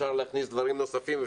אפשר להכניס דברים נוספים,